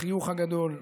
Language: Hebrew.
בחיוך הגדול,